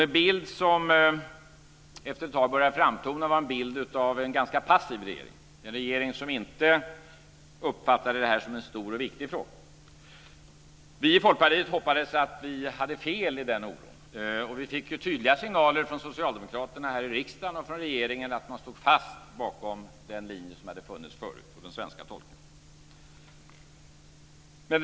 Den bild som efter ett tag började framtona var en bild av en ganska passiv regering, dvs. en regering som inte uppfattade detta som en stor och viktig fråga. Vi i Folkpartiet hoppades att vi hade fel i den oron. Vi fick tydliga signaler från socialdemokraterna i riksdagen och regeringen att man stod fast bakom den linje som funnits förut och den svenska tolkningen.